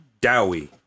Dowie